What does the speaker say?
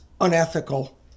unethical